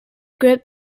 grip